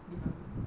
different group